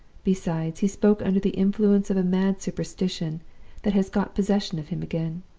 besides, he spoke under the influence of a mad superstition that has got possession of him again.